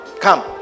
Come